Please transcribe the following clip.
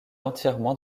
entièrement